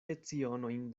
lecionojn